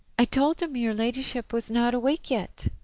i told him your ladyship was not awake yet.